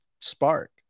spark